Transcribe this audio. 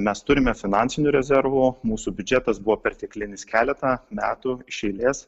mes turime finansinių rezervų mūsų biudžetas buvo perteklinis keletą metų iš eilės